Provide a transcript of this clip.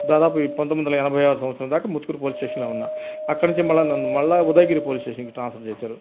దాదాపు ఈ పంతొమ్మిది వందల ఎనభై ఆరు సంవత్సరం దాకా ముత్తుకూరు పోలీస్ స్టేషన్లో ఉన్నాను అక్కడ నుంచి మరల మరల ఉదయగిరి పోలీస్ స్టేషన్కి ట్రాన్స్పర్ చేశారు